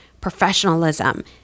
professionalism